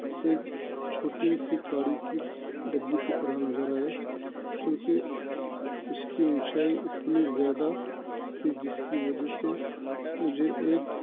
ایک چھوٹی سی گاڑی کی ڈبی کی طرح نظر آئے چونکہ اُس کی اونچائی اتنی زیادہ تھی جس کی وجہ سے مجھے ایک